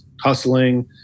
hustling